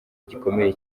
igikomere